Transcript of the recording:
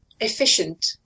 efficient